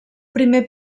primer